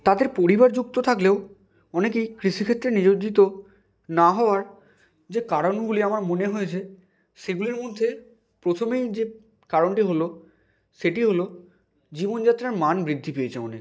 তাদের পরিবার যুক্ত থাকলেও অনেকেই কৃষিক্ষেত্রে নিয়োজিত না হওয়ার যে কারণগুলি আমার মনে হয়েছে সেগুলির মধ্যে প্রথমেই যে কারণটি হলো সেটি হলো জীবনযাত্রার মান বৃদ্ধি পেয়েছে অনেক